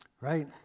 right